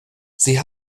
sie